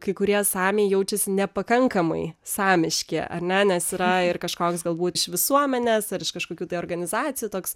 kai kurie samiai jaučiasi nepakankamai samiški ar ne nes yra ir kažkoks galbūt iš visuomenės ar iš kažkokių tai organizacijų toks